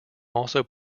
also